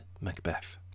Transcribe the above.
Macbeth